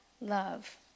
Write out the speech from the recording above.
love